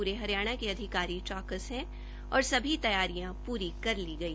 पूरे हरियाणा के अधिकारी चौकस है और अभी तैयारियां पूरी कर ली गई